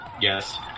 Yes